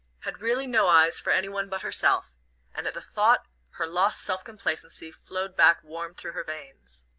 had really no eyes for any one but herself and at the thought her lost self-complacency flowed back warm through her veins.